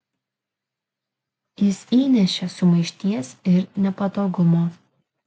jis įnešė sumaišties ir nepatogumo